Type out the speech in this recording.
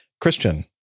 Christian